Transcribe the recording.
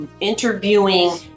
Interviewing